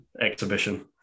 exhibition